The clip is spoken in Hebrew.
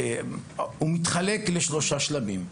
היום הזה מתחלק לשלושה שלבים: